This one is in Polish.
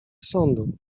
sądu